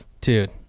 dude